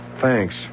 Thanks